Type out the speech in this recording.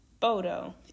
photo